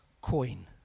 coin